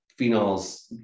phenols